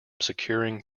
securing